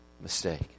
mistake